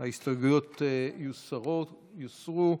ההסתייגויות יוסרו.